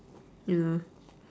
ya